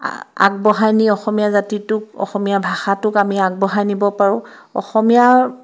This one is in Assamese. আ আগবঢ়াই নি অসমীয়া জাতিটোক অসমীয়া ভাষাটোক আমি আগবঢ়াই নিব পাৰো অসমীয়াৰ